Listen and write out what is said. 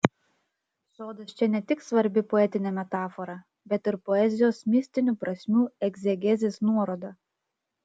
sodas čia ne tik svarbi poetinė metafora bet ir poezijos mistinių prasmių egzegezės nuoroda